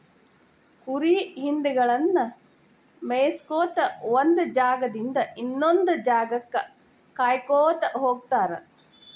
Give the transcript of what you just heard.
ಕುರಿ ಹಿಂಡಗಳನ್ನ ಮೇಯಿಸ್ಕೊತ ಒಂದ್ ಜಾಗದಿಂದ ಇನ್ನೊಂದ್ ಜಾಗಕ್ಕ ಕಾಯ್ಕೋತ ಹೋಗತಾರ